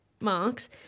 marks